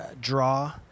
draw